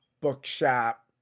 bookshop